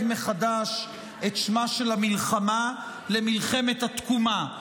מחדש את שמה של המלחמה ל"מלחמת התקומה".